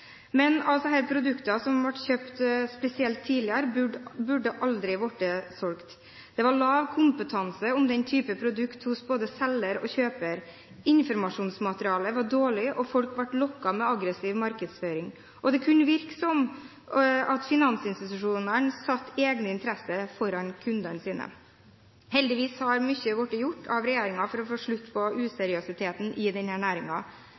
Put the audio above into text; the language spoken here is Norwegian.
som ble kjøpt spesielt tidligere, burde aldri vært solgt. Det var lav kompetanse på den type produkt hos både selger og kjøper. Informasjonsmaterialet var dårlig, og folk ble lokket med aggressiv markedsføring. Det kunne virke som om finansinstitusjonene satte egne interesser foran kundenes. Heldigvis har mye blitt gjort av regjeringen for å få slutt på useriøsiteten i